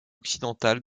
occidentale